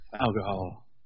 Alcohol